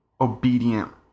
obedient